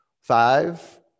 Five